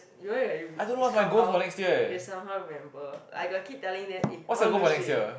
you know like somehow we will somehow remember I got keep telling them eh I wanna lose weight